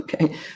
Okay